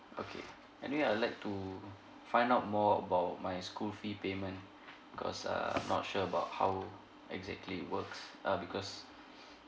okay anyway I'd like to find out more about my school fee payment because err I'm not sure about how exactly it works uh because